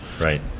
right